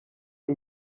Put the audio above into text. azi